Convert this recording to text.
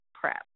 prep